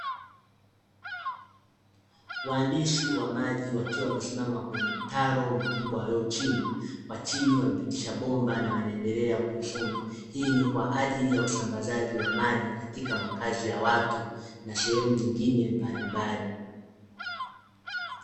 Wahandisi wa maji wakiwa wamesimama kwenye mtaro mkubwa waliouchimba, kwa chini wamepitisha bomba na wanaendelea kulifunga. Hii ni kwa ajili ya usambaziji wa maji katika makazi ya watu, na sehemu nyingine mbalimbali.